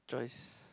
Joyce